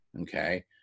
Okay